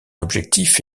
objectif